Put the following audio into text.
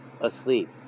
asleep